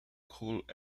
cooled